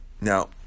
Now